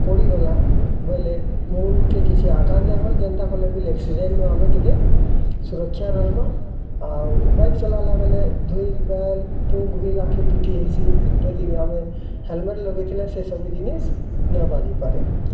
ପଡ଼ିଗଲା ବୋଇଲେ ମୁଣ୍ଡ କେ କିଛି ଆଘାତ ନାଁ ହଏ ଜେନ୍ତା କଲେ ବି ଆକ୍ସିଡେଂଟ୍ ରୁ ଆମେ ଟିକେ ସୁରକ୍ଷା ରହିମ୍ ଆଉ ବାଇକ୍ ଚଲେଇଲା ବେଳେ ଭିନ୍ ବେଲ୍ ପୁକ୍ ବି ଆଖି ପିଟି ହେଇସି ଯଦି ଆମେ ହେଲ୍ମେଟ୍ ଲଗେଇ ଥିଲେ ସେ ସବୁ ଜିନିସ୍ ନ୍ ବାଜି ପାରେ